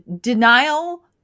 denial